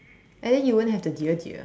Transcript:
and then you won't have the dear dear